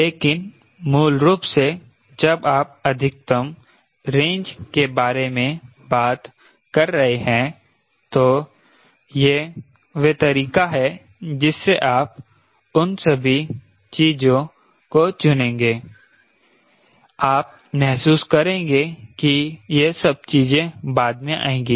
लेकिन मूल रूप से जब आप अधिकतम रेंज के बारे में बात कर रहे हैं तो यह वह तरीका है जिससे आप उन सभी चीजों को चुनेंगे आप महसूस करेंगे कि यह सब चीजें बाद में आएंगी